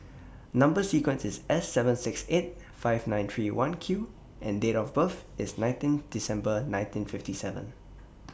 Number sequence IS S seven six eight five nine three one Q and Date of birth IS nineteen December nineteen fifty seven